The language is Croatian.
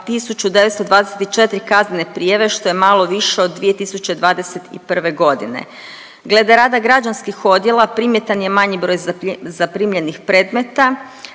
1924 kaznene prijave što je malo više od 2021. godine. Glede rada građanskih odjela primjetan je manji broj zaprimljenih predmeta.